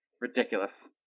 Ridiculous